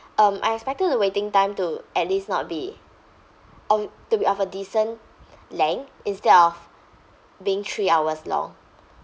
um I expected the waiting time to at least not be or to be of a decent length instead of being three hours long